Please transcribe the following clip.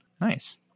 Nice